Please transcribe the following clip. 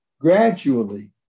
Gradually